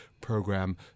program